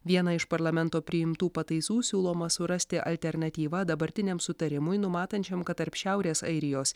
vieną iš parlamento priimtų pataisų siūloma surasti alternatyvą dabartiniam sutarimui numatančiam kad tarp šiaurės airijos